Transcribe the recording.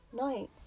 night